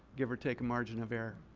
give or take a margin of error.